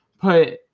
put